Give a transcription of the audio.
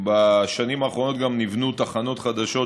בשנים האחרונות נבנו תחנות חדשות,